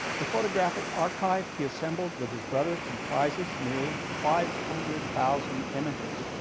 the photographic archive he assembled with his brother comprises nearly five hundred thousand images.